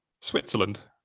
Switzerland